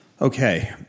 Okay